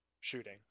shooting